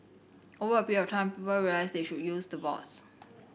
over a period of time people realise they should use the boards